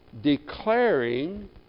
declaring